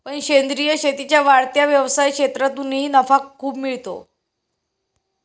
पण सेंद्रीय शेतीच्या वाढत्या व्यवसाय क्षेत्रातूनही नफा खूप मिळतो